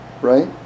Right